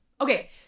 Okay